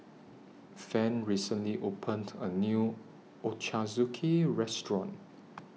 Van recently opened A New Ochazuke Restaurant